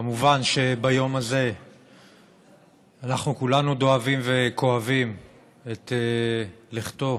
כמובן שביום הזה אנחנו כולנו דואבים וכואבים את לכתו